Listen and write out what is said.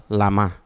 lama